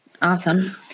Awesome